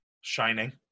Shining